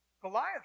Goliath